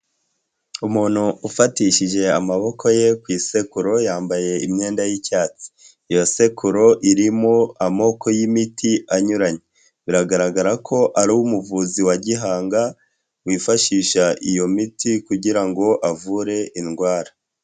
Umuntu ufatishije amaboko ye ku isekuru yambaye imyenda y'icyatsi, iyo sekuru irimo amobokoko y'imiti anyuranye, biragaragara ko ari umuvuzi wa gihanga wifashisha iyo miti kugira ngo avure indwara.